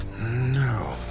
No